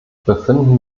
befinden